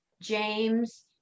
James